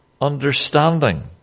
understanding